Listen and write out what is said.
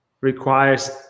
requires